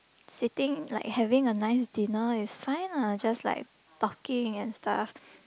sitting like having a nice dinner is fine lah just like talking and stuff